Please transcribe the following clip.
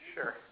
Sure